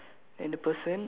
the lamp post